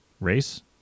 race